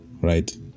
right